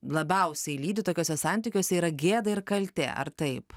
labiausiai lydi tokiuose santykiuose yra gėda ir kaltė ar taip